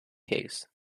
case